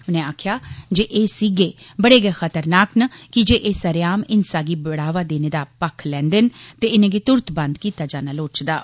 उनें आखेआ जे एह् सीगे बड़े गै खतरनाक न कीजे एह् सरेआम हिंसा गी बढ़ावा देने दा पक्ख लैंदे न ते इनें'गी तुरत बंद कीता जाना लोड़चदा ऐ